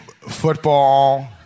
football